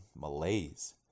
malaise